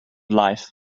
life